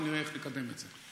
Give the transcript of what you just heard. ונראה איך נקדם את זה.